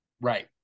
Right